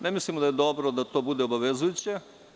Ne mislimo da je dobro da to bude obavezujuće.